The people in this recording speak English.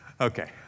Okay